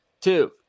Two